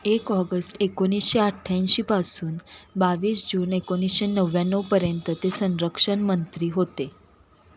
एक ऑगस्ट एकोणीशे अठ्ठ्याऐंशीपासून बावीस जून एकोणीसशे नव्व्याण्णवपर्यंत ते संरक्षण मंत्री होते